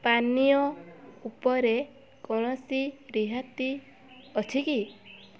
ପାନୀୟ ଉପରେ କୌଣସି ରିହାତି ଅଛି କି